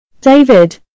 David